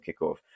kickoff